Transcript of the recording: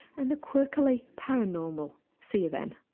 and the quirkily paranormal. see you then